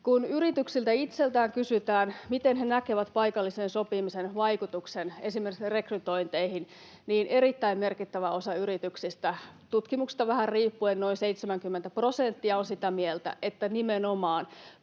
Kun yrityksiltä itseltään kysytään, miten he näkevät paikallisen sopimisen vaikutuksen esimerkiksi rekrytointeihin, niin erittäin merkittävä osa yrityksistä, vähän tutkimuksista riippuen, noin 70 prosenttia, on sitä mieltä, että nimenomaan